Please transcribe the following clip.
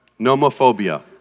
Nomophobia